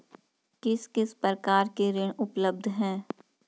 किस किस प्रकार के ऋण उपलब्ध हैं?